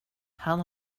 han